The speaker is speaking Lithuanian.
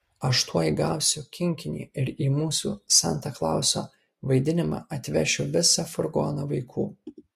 aš tuoj gausiu kinkinį ir į mūsų santa klauso vaidinimą atvešiu visą furgoną vaikų